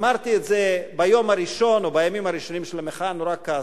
ואמרתי את זה ביום הראשון או בימים הראשונים של המחאה ונורא כעסו,